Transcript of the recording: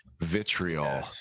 vitriol